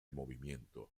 movimiento